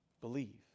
Believe